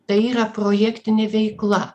tai yra projektinė veikla